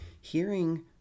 Hearing